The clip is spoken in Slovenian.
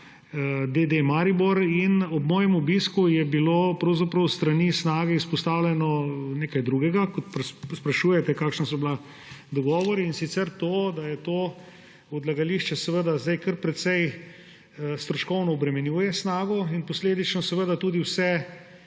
Maribor. Ob mojem obisku je bilo pravzaprav s strani Snage izpostavljeno nekaj drugega, ko sprašujete, kakšni so bili dogovori, in sicer to, da to odlagališče zdaj kar precej stroškovno obremenjuje Snago in posledično seveda tudi vse